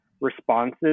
responses